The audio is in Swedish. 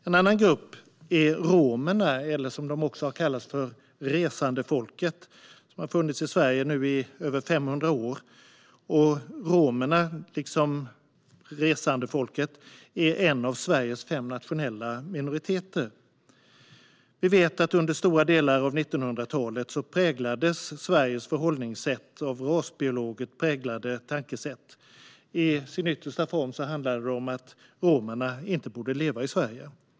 En annan grupp är romerna eller resandefolket, som de också har kallats. De har nu funnits i Sverige i över 500 år. Romerna liksom resandefolket är en av Sveriges fem nationella minoriteter. Vi vet att Sveriges förhållningssätt under stora delar av 1900-talet präglades av rasbiologiskt präglade tankesätt. I dess yttersta form handlade det om att romerna inte borde leva i Sverige.